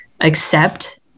accept